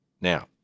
Now